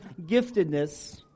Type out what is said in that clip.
giftedness